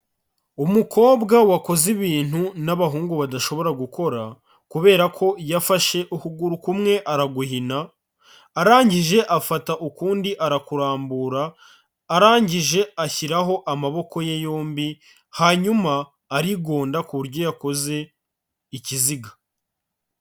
Umukobwa wakoze ibintu n'abahungu badashobora gukora kubera ko yafashe ukuguru kumwe araguhina arangije afata ukundi arakurambura, arangije ashyiraho amaboko ye yombi, hanyuma arigonda ku buryo yakoze ikiziga.